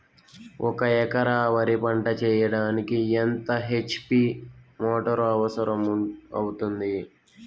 ఒక ఎకరా వరి పంట చెయ్యడానికి ఎంత హెచ్.పి మోటారు అవసరం అవుతుంది?